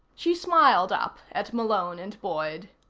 she smiled up at malone and boyd.